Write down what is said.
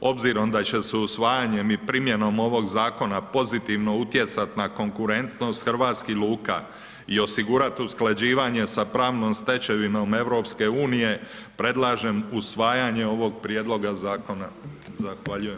Obzirom da će se usvajanjem i primjenom ovog zakona pozitivno utjecat na konkurentnost hrvatskih luka i osigurat usklađivanje sa pravnom stečevinom EU-a, predlažem usvajanje ovoga prijedloga zakona, zahvaljujem.